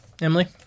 Emily